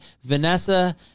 Vanessa